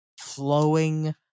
flowing